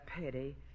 pity